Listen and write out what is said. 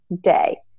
day